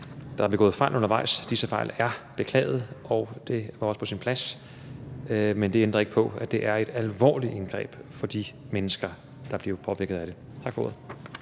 Der er begået fejl undervejs, disse fejl er beklaget, og det er også på sin plads. Men det ændrer ikke på, at det er et alvorligt indgreb for de mennesker, der bliver påvirket af det. Tak for ordet.